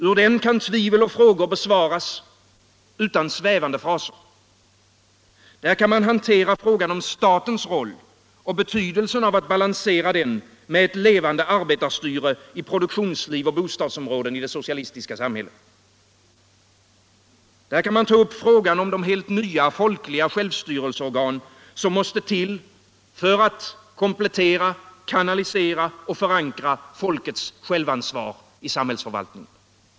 Där kan tvivel undanröjas och frågor besvaras utan svävande fraser. Där kan man hantera frågan om stätens roll och betydelsen av att balansera den med ett levande arbetarstyre i produktionsliv och bostadsområden i det socialistiska samhället. Där kan man ta upp frågan om de helt nya folkliga självstyrelseorgan som måste till för att komplettera, kanalisera och förankra folkets självansvar i samhällsförvaltningen.